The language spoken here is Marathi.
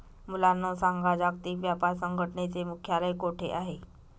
मुलांनो सांगा, जागतिक व्यापार संघटनेचे मुख्यालय कोठे आहे